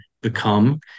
become